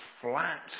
flat